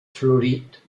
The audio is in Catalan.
florit